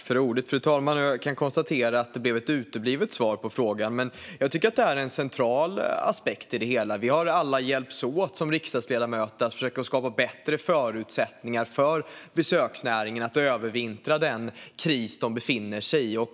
Fru talman! Jag kan konstatera att det blev ett uteblivet svar på frågan. Jag tycker att det är en central aspekt. Vi har alla hjälpts åt som riksdagsledamöter att försöka skapa bättre förutsättningar för besöksnäringen att övervintra i den kris de befinner sig i.